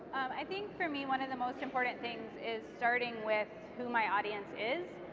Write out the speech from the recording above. i think for me, one of the most important things is starting with who my audience is.